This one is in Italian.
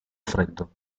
freddo